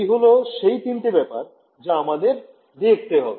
এই হল সেই তিনটে ব্যপার যা আমাদের দেখতে হবে